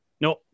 No